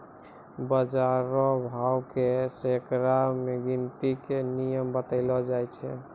बाजार रो भाव के सैकड़ा मे गिनती के नियम बतैलो जाय छै